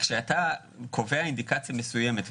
כשאתה קובע אינדיקציה מסוימת,